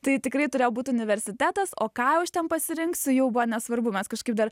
tai tikrai turėjo būt universitetas o ką aš ten pasirinksiu jau buvo nesvarbu mes kažkaip dar